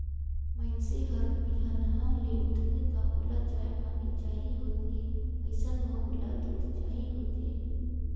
मइनसे हर बिहनहा ले उठथे त ओला चाय पानी चाही होथे अइसन म ओला दूद चाही होथे